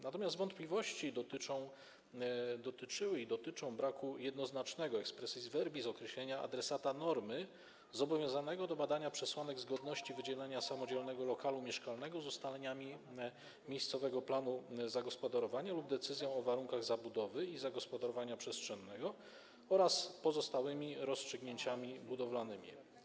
Natomiast wątpliwości dotyczyły i dotyczą braku jednoznacznego, expressis verbis określenia adresata normy zobowiązanego do badania przesłanek zgodności wydzielenia samodzielnego lokalu mieszkalnego z ustaleniami miejscowego planu zagospodarowania lub decyzją o warunkach zabudowy i zagospodarowania przestrzennego oraz pozostałymi rozstrzygnięciami budowlanymi.